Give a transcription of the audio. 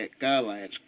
guidelines